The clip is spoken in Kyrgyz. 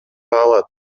алат